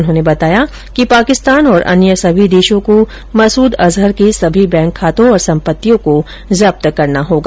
उन्होंने बताया कि पाकिस्तान और अन्य सभी देशों को मसूद अजहर के सभी बैंक खातों और सम्पत्तियों को जब्त करना होगा